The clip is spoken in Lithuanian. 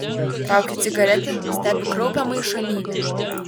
traukia cigaretę stebi kraupią maišalynę